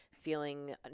feeling